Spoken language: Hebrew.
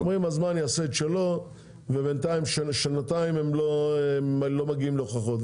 הם אומרים הזמן יעשה את שלו ובינתיים שנתיים הם לא מגיעים להוכחות.